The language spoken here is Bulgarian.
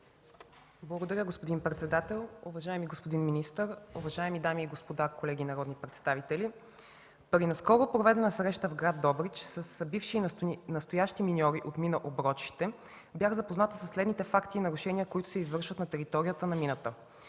Благодаря, господин председател. Уважаеми господин министър, уважаеми дами и господа, колеги народни представители! При наскоро проведена среща в град Добрич с бивши и настоящи миньори от мина „Оброчище” бях запозната със следните факти и нарушения, които са извършват на територията на мината.